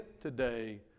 today